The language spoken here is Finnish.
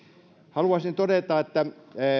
haluaisin todeta että kun